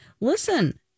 Listen